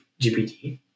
GPT